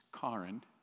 Karen